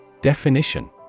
Definition